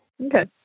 Okay